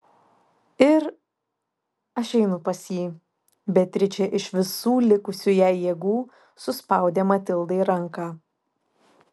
ir aš einu pas jį beatričė iš visų likusių jai jėgų suspaudė matildai ranką